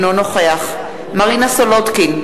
אינו נוכח מרינה סולודקין,